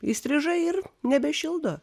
įstrižai ir nebešildo